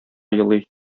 елый